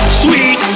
sweet